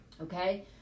okay